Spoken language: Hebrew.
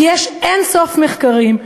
כי יש אין-סוף מחקרים,